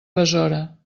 besora